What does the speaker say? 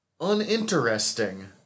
uninteresting